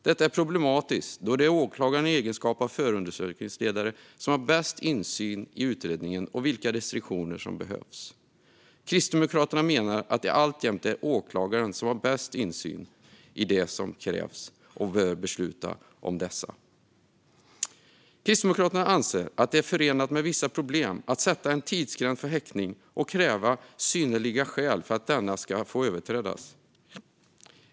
Detta är problematiskt, då det är åklagaren i egenskap av förundersökningsledare som har bäst insyn i utredningen och vilka restriktioner som behövs. Kristdemokraterna menar att det alltjämt är åklagaren som har bäst insyn i vad som krävs och bör besluta om detta. Kristdemokraterna anser att det är förenat med vissa problem att sätta en tidsgräns för häktning och kräva synnerliga skäl för att denna ska få överträdas.